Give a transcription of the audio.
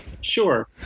Sure